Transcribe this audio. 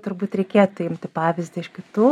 turbūt reikėtų imti pavyzdį iš kitų